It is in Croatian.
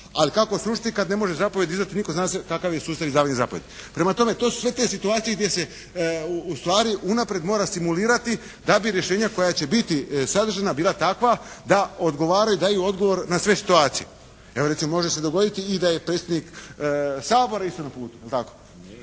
Ali kako srušiti kad ne može zapovijed izdati, zna se kakav je sustav izdavanja zapovijedi. Prema tome, to su sve te situacije gdje se ustvari unaprijed mora stimulirati da bi rješenja koja će biti sadržana bila takva da odgovaraju i daju odgovor na sve situacije. Evo recimo može se dogoditi i da je predsjednik Sabora isto na putu,